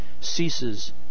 ceases